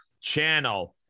channel